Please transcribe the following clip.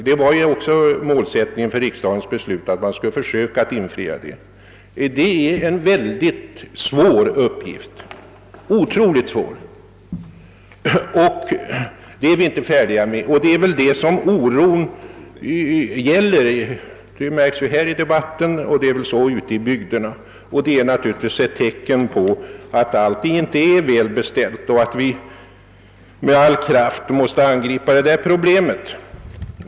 När riksdagen fattade sitt beslut var målsättningen också att vi skulle försöka infria de krav som där ställs, men det är en otroligt svår uppgift. Det är också närmast den saken oron gäller både här i debatten och ute i bygderna, och den oron är naturligtvis ett tecken på att allt inte är väl beställt. Vi måste med all kraft angripa det problemet.